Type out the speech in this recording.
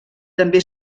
també